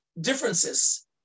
differences